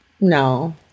No